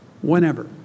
whenever